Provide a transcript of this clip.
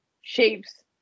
shapes